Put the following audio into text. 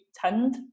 tend